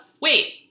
Wait